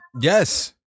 Yes